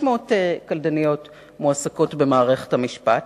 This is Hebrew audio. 600 קלדניות מועסקות במערכת המשפט.